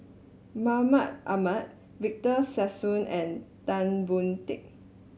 Mahmud Ahmad Victor Sassoon and Tan Boon Teik